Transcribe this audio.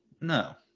No